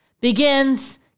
begins